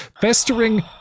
Festering